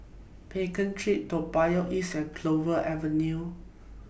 Pekin Street Toa Payoh East Clover Avenue